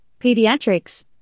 pediatrics